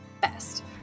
best